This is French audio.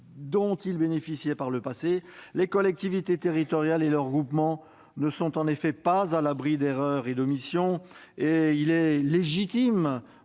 dont ils bénéficiaient par le passé, les collectivités territoriales et leurs groupements ne sont pas à l'abri d'erreurs et d'omissions. Il est légitime